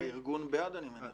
הארגון בעד, אני מניח.